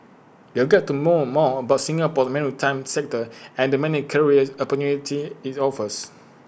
they'll get to know more about Singapore's maritime sector and the many career opportunities IT offers